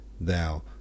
Thou